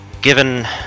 given